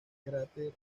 cráter